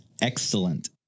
excellent